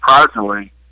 surprisingly